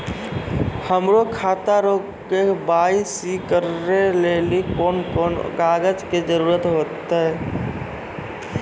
हमरो खाता रो के.वाई.सी करै लेली कोन कोन कागज के जरुरत होतै?